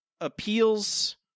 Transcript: appeals